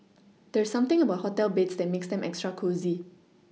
there's something about hotel beds that makes them extra cosy